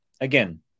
again